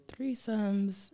threesomes